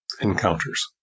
encounters